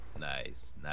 nice